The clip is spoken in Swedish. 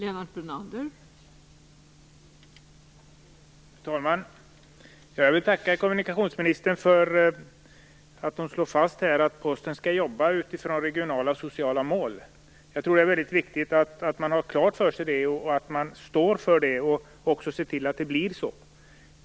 Fru talman! Jag vill tacka kommunikationsministern för att hon här slår fast att Posten skall jobba utifrån regionala och sociala mål. Jag tror att det är väldigt viktigt att man har det klart för sig, att man står för det och också ser till att det blir så.